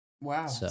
Wow